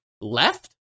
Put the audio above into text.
Left